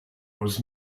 was